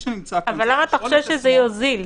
למה אתה חושב שזה יוזיל?